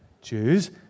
Jews